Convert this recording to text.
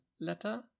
letter